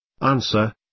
Answer